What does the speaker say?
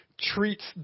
treats